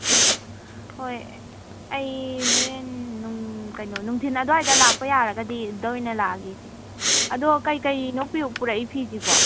ꯑꯣ ꯍꯣꯏ ꯑꯩ ꯍꯣꯔꯦꯟ ꯀꯩꯅꯣ ꯅꯨꯡꯊꯤꯜ ꯑꯗꯨꯋꯥꯏꯗ ꯂꯥꯛꯄ ꯌꯥꯔꯒꯗꯤ ꯑꯗ ꯑꯣꯏꯅ ꯂꯥꯛꯑꯒꯦ ꯏꯆꯦ ꯑꯗꯣ ꯀꯩꯀꯩꯅꯣ ꯄꯣꯔꯛꯏ ꯐꯤꯁꯤꯕꯣ